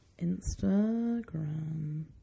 Instagram